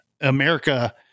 America